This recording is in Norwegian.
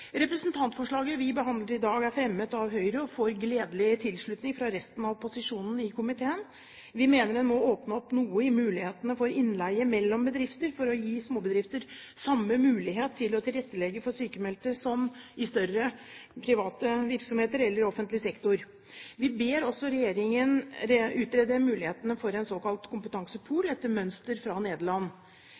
Representantforslaget vi behandler i dag, er fremmet av Høyre og får gledelig tilslutning fra resten av opposisjonen i komiteen. Vi mener en må åpne opp noe i mulighetene for innleie mellom bedrifter for å gi småbedrifter samme mulighet til å tilrettelegge for sykmeldte som større private virksomheter eller i offentlig sektor. Vi ber også regjeringen utrede muligheten for en såkalt kompetansepool etter mønster fra Nederland.